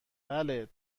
بله